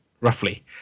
Roughly